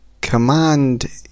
command